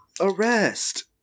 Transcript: arrest